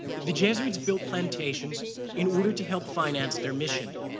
the jesuits built plantations in order to help finance their mission.